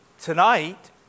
Tonight